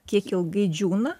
kiek ilgai džiūna